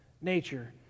nature